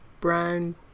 brown